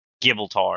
Gibraltar